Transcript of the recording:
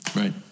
Right